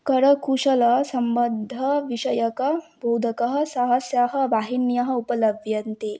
करकुशलसम्बद्धविषयकः बोधकः सहस्रः वाहिन्यः उपलभ्यन्ते